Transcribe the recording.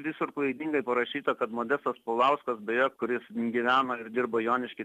visur klaidingai parašyta kad modestas paulauskas beje kuris gyveno ir dirbo jonišky